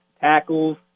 tackles